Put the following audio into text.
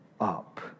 up